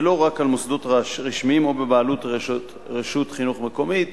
ולא רק על מוסדות רשמיים או בבעלות רשות חינוך מקומית,